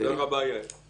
תודה רבה, יעל.